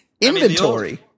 inventory